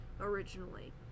originally